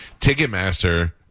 Ticketmaster